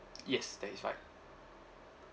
yes that is right